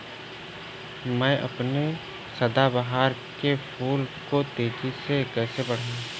मैं अपने सदाबहार के फूल को तेजी से कैसे बढाऊं?